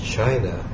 China